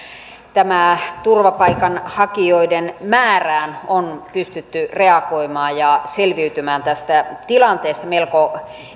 tähän turvapaikanhakijoiden määrään on pystytty reagoimaan ja selviytymään tästä tilanteesta melko